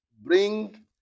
bring